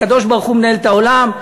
הקדוש-ברוך-הוא מנהל את העולם,